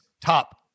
top